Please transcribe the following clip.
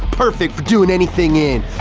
perfect for doing anything in.